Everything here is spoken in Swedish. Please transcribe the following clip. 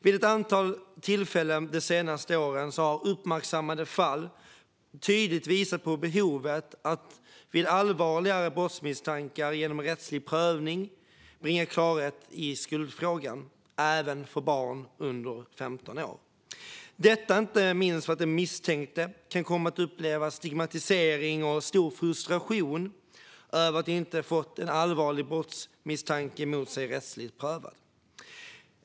Vid ett antal tillfällen de senaste åren har uppmärksammade fall tydligt visat på behovet av att vid allvarligare brottsmisstankar genom rättslig prövning bringa klarhet i skuldfrågan, även för barn under 15 år, inte minst därför att den misstänkte kan komma att uppleva stigmatisering och stor frustration över att inte ha fått en allvarlig brottsmisstanke mot sig rättsligt prövad.